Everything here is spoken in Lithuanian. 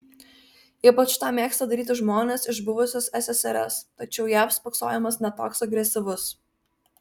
ypač tą mėgsta daryti žmonės iš buvusios ssrs tačiau jav spoksojimas ne toks agresyvus